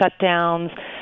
shutdowns